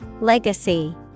Legacy